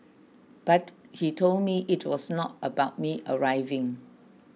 but he told me it was not about me arriving